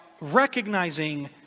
recognizing